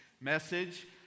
message